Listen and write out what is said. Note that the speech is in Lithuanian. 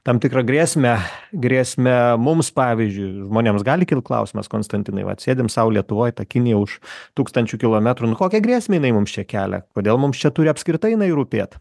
tam tikrą grėsmę grėsme mums pavyzdžiui žmonėms gali kilt klausimas konstantinai va sėdim sau lietuvoj ta kinija už tūkstančių kilometrų nu kokią grėsmę jinai mums čia kelia kodėl mums čia turi apskritai jinai rūpėt